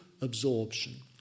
absorption